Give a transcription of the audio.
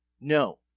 No